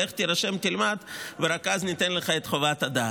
לך תירשם, תלמד, ורק אז ניתן לך את חוות הדעת.